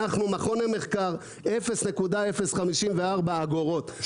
אנחנו ומכון המחקר 0.054 אגורות,